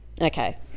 Okay